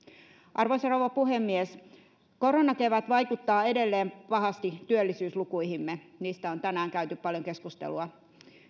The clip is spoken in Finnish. arvoisa rouva puhemies koronakevät vaikuttaa edelleen pahasti työllisyyslukuihimme niistä on tänään käyty paljon keskustelua